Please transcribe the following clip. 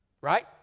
Right